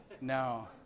No